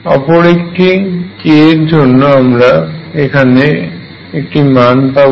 অপর একটি k এর জন্য আমরা এখানে একটি মান পাব